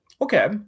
Okay